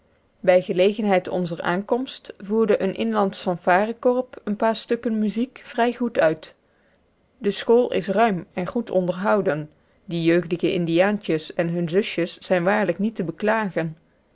bij gelegenheid onzer aankomst voerde een inlandsch fanfarecorps een paar stukken muziek vrij goed uit de school is ruim en goed onderhouden die jeugdige indiaantjes en hunne zusjes zijn waarlijk niet te beklagen